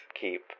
keep